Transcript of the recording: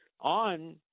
on